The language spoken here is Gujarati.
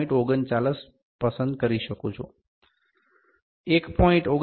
39 પસંદ કરી શકું છું 1